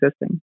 existing